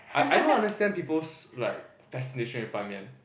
I I don't understand people's like fascination with Ban-Mian